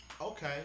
okay